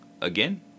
again